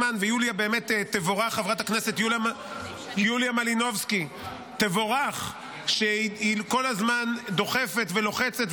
חברת הכנסת יוליה מלינובסקי תבורך שהיא כל הזמן דוחפת ולוחצת,